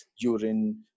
urine